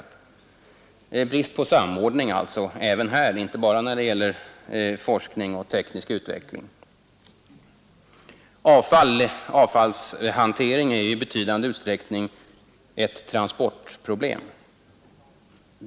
Det är alltså brist på samordning även här, inte bara när det gäller forskning och teknisk utveckling. Avfallshantering är i betydande utsträckning ett transportproblem.